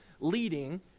leading